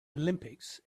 olympics